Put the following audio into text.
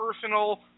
personal